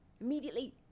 immediately